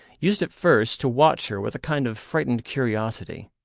used at first to watch her with a kind of frightened curiosity.